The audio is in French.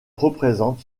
représente